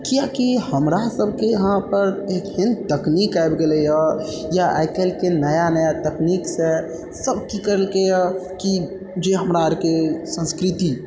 किए कि हमरा सबके यहाँ पर एहन तकनीक आबि गेलै हइ या आइ काल्हिके नया नया तकनीक से सब की करलकैए कि जे हमरा आरके संस्कृति